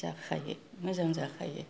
जाखायो मोजां जाखायो